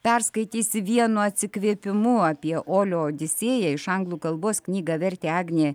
perskaitysi vienu atsikvėpimu apie olio odisėją iš anglų kalbos knygą vertė agnė